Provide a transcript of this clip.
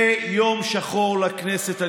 זה יום שחור לכנסת.